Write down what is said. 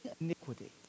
iniquity